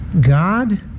God